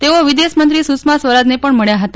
તેઓ વિદેશમંત્રી સુષ્મા સ્વરાજને પણ મળ્યા હતા